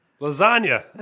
lasagna